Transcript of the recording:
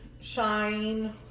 shine